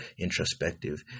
introspective